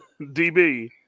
DB